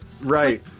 Right